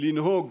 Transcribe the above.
לנהוג